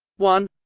one